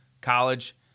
college